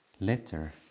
letter